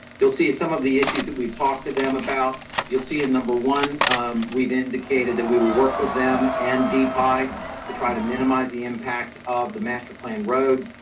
you'll see some of the issues that we've talked to them about. you'll see a number one we've indicated that we will work with them and dpi to try to minimize the impact of the masterplan road.